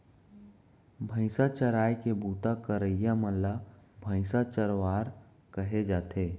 भईंसा चराए के बूता करइया मन ल भईंसा चरवार कहे जाथे